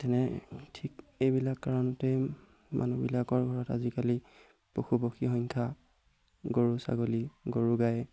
তেনে ঠিক এইবিলাক কাৰণতে মানুহবিলাকৰ ঘৰত আজিকালি পশু পক্ষী সংখ্যা গৰু ছাগলীৰ গৰু গাই